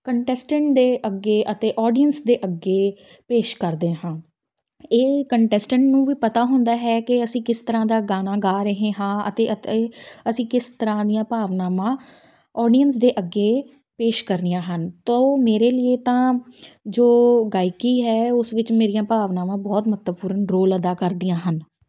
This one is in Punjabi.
ਕੰਟੈਸਟੈਂਟ ਦੇ ਅੱਗੇ ਅਤੇ ਔਡੀਐਂਸ ਦੇ ਅੱਗੇ ਪੇਸ਼ ਕਰਦੇ ਹਾਂ ਇਹ ਕੰਟੈਸਟੈਂਟ ਨੂੰ ਵੀ ਪਤਾ ਹੁੰਦਾ ਹੈ ਕਿ ਅਸੀਂ ਕਿਸ ਤਰ੍ਹਾਂ ਦਾ ਗਾਣਾ ਗਾ ਰਹੇ ਹਾਂ ਅਤੇ ਅਤੇ ਅਸੀਂ ਕਿਸ ਤਰ੍ਹਾਂ ਦੀਆਂ ਭਾਵਨਾਵਾਂ ਔਡੀਐਂਸ ਦੇ ਅੱਗੇ ਪੇਸ਼ ਕਰਨੀਆਂ ਹਨ ਤਾਂ ਉਹ ਮੇਰੇ ਲੀਏ ਤਾਂ ਜੋ ਗਾਇਕੀ ਹੈ ਉਸ ਵਿੱਚ ਮੇਰੀਆਂ ਭਾਵਨਾਵਾਂ ਬਹੁਤ ਮਹੱਤਵਪੂਰਨ ਰੋਲ ਅਦਾ ਕਰਦੀਆਂ ਹਨ